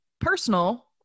personal